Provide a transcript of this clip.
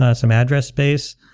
ah some address space,